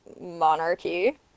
monarchy